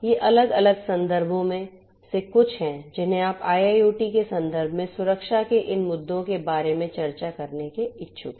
ये इन अलग अलग संदर्भों में से कुछ हैं जिन्हें आप IIoT के संदर्भ में सुरक्षा के इन मुद्दों के बारे में चर्चा करने के इच्छुक है